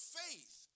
faith